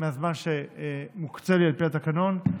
מהזמן שמוקצה לי על פי התקנון,